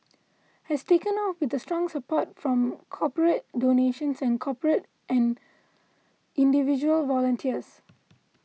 has taken off with the strong support from corporate donations and corporate and individual volunteers